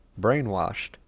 brainwashed